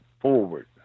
forward